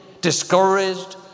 discouraged